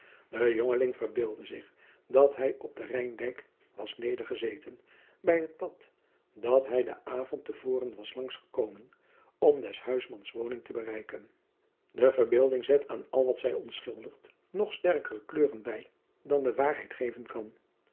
de pleegzoon verbeeldde zich dat hij op den rijndijk was nedergezeten bij het pad dat hij den avond te voren was langs gekomen om des huismans woning te bereiken de verbeelding zet aan al wat zij ons schildert nog sterkere kleuren bij dan de waarheid geven kan